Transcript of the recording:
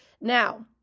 Now